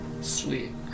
sweet